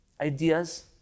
ideas